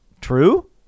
true